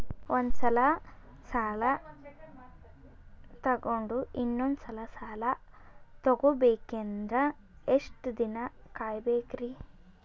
ಒಂದ್ಸಲ ಸಾಲ ತಗೊಂಡು ಇನ್ನೊಂದ್ ಸಲ ಸಾಲ ತಗೊಬೇಕಂದ್ರೆ ಎಷ್ಟ್ ದಿನ ಕಾಯ್ಬೇಕ್ರಿ?